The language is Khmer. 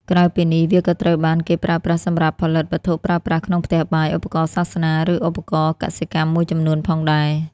ក្រៅពីនេះ វាក៏ត្រូវបានគេប្រើប្រាស់សម្រាប់ផលិតវត្ថុប្រើប្រាស់ក្នុងផ្ទះបាយ ឧបករណ៍សាសនា ឬឧបករណ៍កសិកម្មមួយចំនួនផងដែរ។